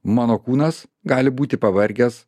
mano kūnas gali būti pavargęs